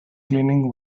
cleaning